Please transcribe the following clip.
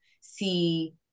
see